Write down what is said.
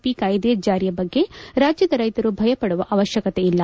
P ಕಾಯಿದೆ ಜಾರಿ ಬಗ್ಗೆ ರಾಜ್ಯದ ರೈತರು ಭಯ ಪಡುವ ಅವಶ್ಯಕತೆಯಲ್ಲ